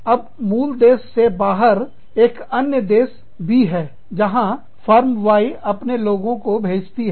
अब मूल देश से बाहर एक अन्य देश B है जहां फर्म Y अपने लोगों को भेजती है